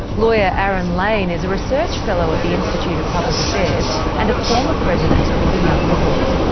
lawyer aaron lane is a research fellow at the institute of public affairs and a former president of the young liberals.